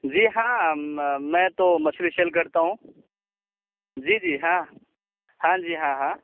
جی ہاں میں تو مچھلی سیل کرتا ہوں جی جی ہاں ہاں جی ہاں ہاں